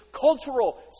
cultural